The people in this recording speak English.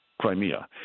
Crimea